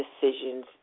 decisions